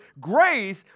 grace